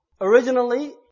Originally